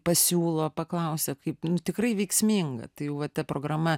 pasiūlo paklausia kaip nu tikrai veiksminga tai va ta programa